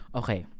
okay